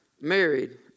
married